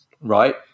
right